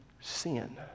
sin